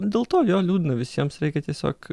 dėl to jo liūdna visiems reikia tiesiog